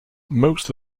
most